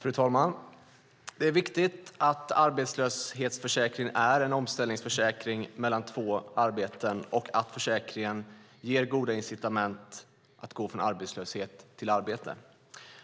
Fru talman! Det är viktigt att arbetslöshetsförsäkringen är en omställningsförsäkring mellan två arbeten och att försäkringen ger goda incitament att gå från arbetslöshet till arbete.